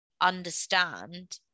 understand